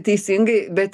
teisingai bet